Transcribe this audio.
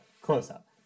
close-up